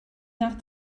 nach